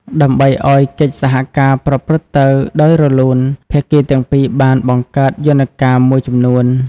ដើម្បីឱ្យកិច្ចសហការប្រព្រឹត្តទៅដោយរលូន ភាគីទាំងពីរបានបង្កើតយន្តការមួយចំនួន។